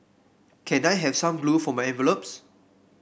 can I have some glue for my envelopes